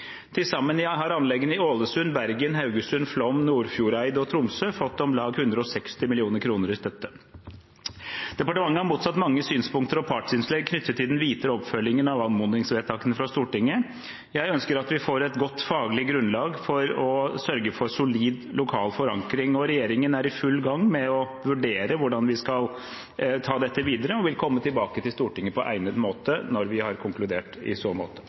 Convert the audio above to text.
Til sammen har anleggene i Ålesund, Bergen, Haugesund, Flåm, Nordfjordeid og Tromsø fått om lag 160 mill. kr i støtte. Departementet har mottatt mange synspunkter og partsinnlegg knyttet til den videre oppfølgingen av anmodningsvedtakene fra Stortinget. Jeg ønsker at vi får et godt faglig grunnlag for å sørge for solid lokal forankring. Regjeringen er i full gang med å vurdere hvordan vi skal ta dette videre, og vil komme tilbake til Stortinget på egnet måte når vi har konkludert i så måte.